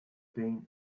pain